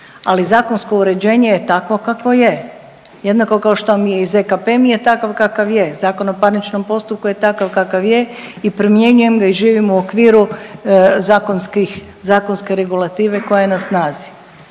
Ali zakonsko uređenje je takvo kakvo je, jednako kao što mi je i ZKP mi je takav kakav je, Zakon o parničnom postupku je takav kakav je i primjenjujem ga i živim u okviru zakonske regulative koja je na snazi.